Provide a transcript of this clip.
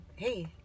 Hey